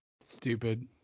Stupid